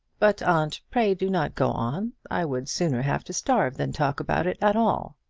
but, aunt, pray do not go on. i would sooner have to starve than talk about it at all.